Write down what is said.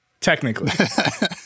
technically